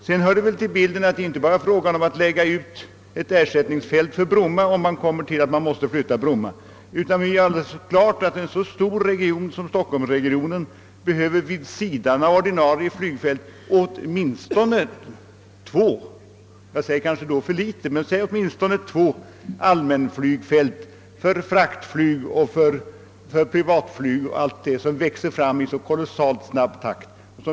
Det hör vidare till bilden att det inte bara gäller att lägga ut ett ersättningsflygfält för Bromma, om detta mäste flyttas. En så stor region som stockholmsregionen behöver självfallet åt minstone två — eller kanske t.o.m. fler — allmänflygfält vid sidan om för fraktflyg, privatflyg o.s.v. som växer fram i oerhört snabb takt.